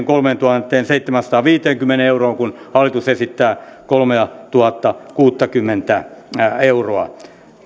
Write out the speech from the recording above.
kolmeentuhanteenseitsemäänsataanviiteenkymmeneen euroon kun hallitus esittää kolmeatuhattakuuttakymmentä euroa